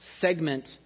segment